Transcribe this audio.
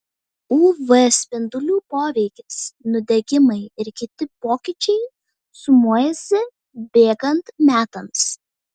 uv spindulių poveikis nudegimai ir kiti pokyčiai sumuojasi bėgant metams